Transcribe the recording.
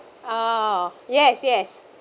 oh yes yes